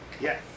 Yes